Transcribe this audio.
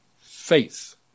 Faith